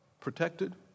protected